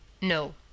No